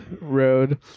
road